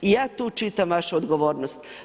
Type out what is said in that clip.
I ja tu čitam vašu odgovornost.